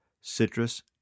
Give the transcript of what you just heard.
citrus